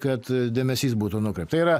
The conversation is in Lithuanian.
kad dėmesys būtų nukreipta tai yra